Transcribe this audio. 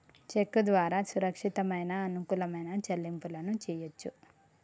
చెక్కు ద్వారా సురక్షితమైన, అనుకూలమైన చెల్లింపులను చెయ్యొచ్చు